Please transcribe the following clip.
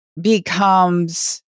becomes